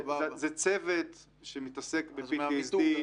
זה צוות שמתעסק ב-PTSD,